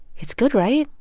it's good, right?